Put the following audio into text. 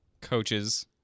coaches